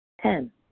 Ten